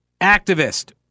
activist